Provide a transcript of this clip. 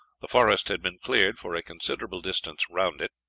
the forest had been cleared for a considerable distance round it,